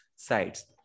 Sides